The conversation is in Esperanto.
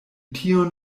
tion